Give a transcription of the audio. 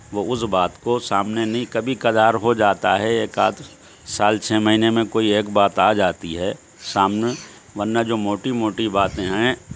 وہ اس بات کو سامنے نہیں کبھی کدھار ہو جاتا ہے ایک آدھ سال چھ مہینے میں کوئی ایک بات آ جاتی ہے سامنے ورنہ جو موٹی موٹی باتیں ہیں